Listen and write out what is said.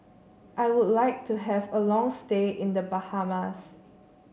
I would like to have a long stay in The Bahamas